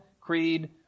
creed